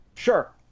Sure